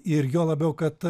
ir juo labiau kad